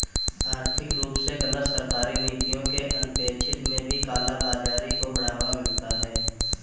आर्थिक रूप से गलत सरकारी नीतियों के अनपेक्षित में भी काला बाजारी को बढ़ावा मिलता है